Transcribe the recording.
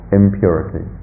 impurity